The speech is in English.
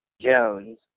Jones